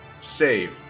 save